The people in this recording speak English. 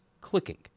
clicking